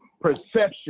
perception